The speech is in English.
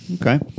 Okay